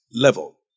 level